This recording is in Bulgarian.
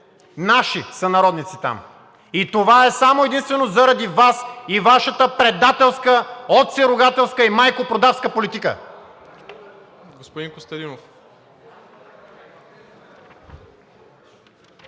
наши сънародници там! И това е само и единствено заради Вас и Вашата предателска отцеругателска и майкопродавска политика!